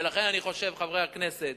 ולכן, אני חושב, חברי הכנסת,